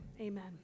amen